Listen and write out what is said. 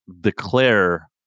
declare